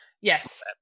yes